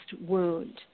wound